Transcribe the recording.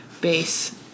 base